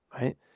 right